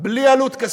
בלי עלות כספית,